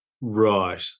Right